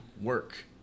work